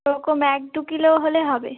এরকম এক দু কিলো হলে হবে